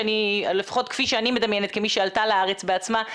לפחות כפי שאני מדמיינת כמי שעלתה לארץ בעצמה.